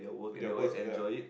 their work ya